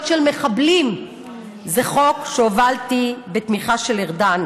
של מחבלים זה חוק שהובלתי בתמיכה של ארדן.